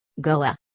Goa